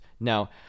now